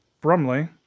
brumley